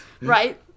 Right